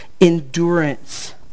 endurance